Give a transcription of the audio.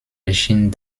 erschien